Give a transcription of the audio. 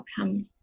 outcome